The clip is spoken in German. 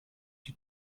die